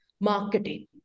marketing